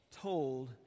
told